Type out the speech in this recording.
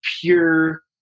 pure